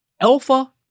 Alpha